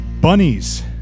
Bunnies